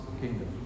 kingdom